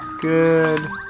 Good